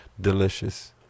delicious